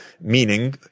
meaning